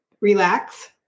relax